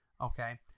okay